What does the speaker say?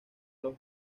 los